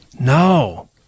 No